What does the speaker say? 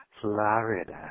Florida